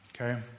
Okay